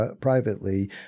privately